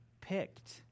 picked